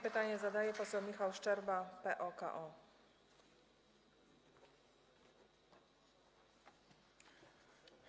Pytanie zadaje poseł Michał Szczerba, PO-KO.